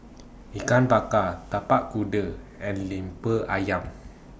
Ikan Bakar Tapak Kuda and Lemper Ayam